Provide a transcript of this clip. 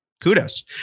Kudos